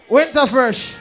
Winterfresh